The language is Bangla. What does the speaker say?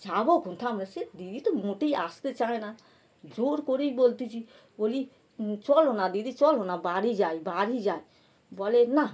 যাবোখন থাম না সে দিদি তো মোটেই আসতে চায় না জোর করেই বলতেছি বলি চলো না দিদি চলো না বাড়ি যাই বাড়ি যাই বলে না